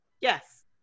yes